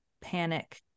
panic